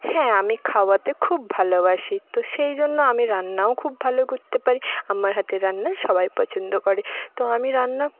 হ্যাঁ আমি খাওয়াতে খুব ভালোবাসি তো সেই জন্য আমি রান্নাও খুব ভালো করতে পারি আমার হাতের রান্না সবাই পছন্দ করে তো আমি রান্না